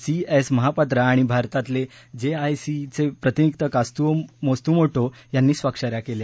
C S Mahapatra आणि भारतातले J I C A चे प्रतिनिधी कात्सुओ मात्सुमोटो यांनी स्वाक्ष या केल्या